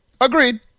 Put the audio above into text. Agreed